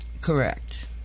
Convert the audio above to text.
Correct